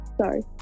Sorry